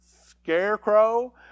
scarecrow